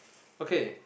okay